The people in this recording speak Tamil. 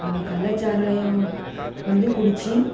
அவங்க கள்ளச்சாராயம் வந்து குடித்து